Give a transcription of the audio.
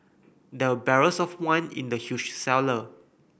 there barrels of wine in the huge cellar